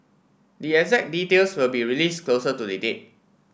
the exact details will be release closer to the date